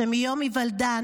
שמיום היוולדן